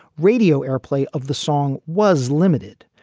radio airplay of the song was limited,